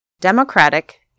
Democratic